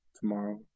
tomorrow